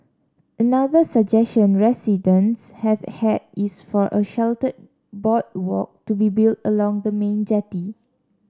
another suggestion residents have had is for a sheltered boardwalk to be built along the main jetty